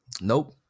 Nope